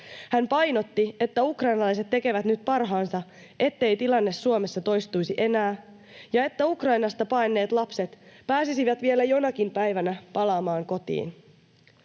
Hän painotti, että ukrainalaiset tekevät nyt parhaansa, ettei tilanne Suomessa toistuisi enää ja että Ukrainasta paenneet lapset pääsisivät vielä jonakin päivänä palaamaan kotiin.